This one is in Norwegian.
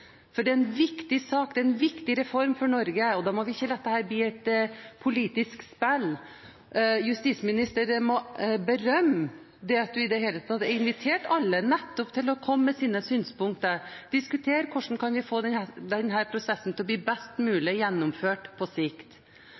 For det er en viktig sak, det er en viktig reform for Norge, og da må vi ikke la dette bli et politisk spill. Justisministeren må berømmes – for det at du i det hele tatt har invitert alle til å komme med sine synspunkter og diskutere hvordan vi kan få denne prosessen til å bli best mulig gjennomført på sikt.